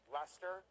Lester